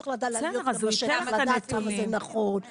צריך לדעת כמה זה נכון,